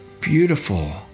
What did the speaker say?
beautiful